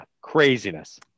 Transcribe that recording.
craziness